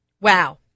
Wow